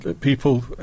people